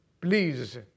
please